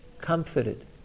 comforted